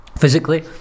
physically